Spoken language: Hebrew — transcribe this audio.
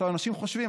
אנשים חושבים,